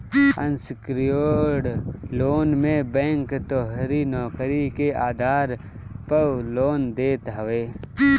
unsecured loan मे bank तोहरी नोकरी के आधार पअ लोन देत हवे